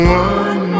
one